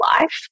life